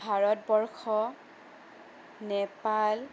Bharatvarsha Nepal